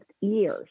years